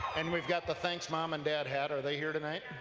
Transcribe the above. and we've got the thanks mom and dad hat, are they here tonight?